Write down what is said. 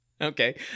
Okay